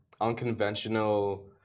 unconventional